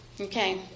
Okay